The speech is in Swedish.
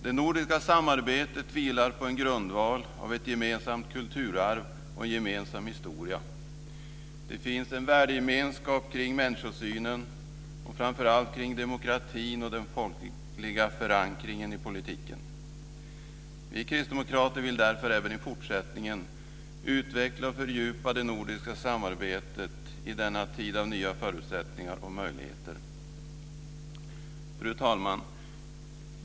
Det nordiska samarbetet vilar på en grundval av ett gemensamt kulturarv och en gemensam historia. Det finns en värdegemenskap kring människosynen och framför allt kring demokratin och den folkliga förankringen i politiken. Vi kristdemokrater vill därför även i fortsättningen utveckla och fördjupa det nordiska samarbetet i denna tid av nya förutsättningar och möjligheter. Fru talman!